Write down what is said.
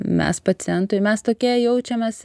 mes pacientui mes tokie jaučiamės